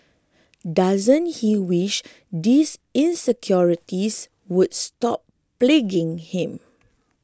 doesn't he wish these insecurities would stop plaguing him